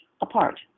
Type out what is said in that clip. apart